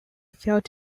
felt